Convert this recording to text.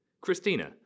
Christina